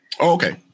Okay